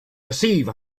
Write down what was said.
receive